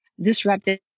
disrupted